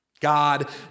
God